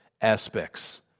aspects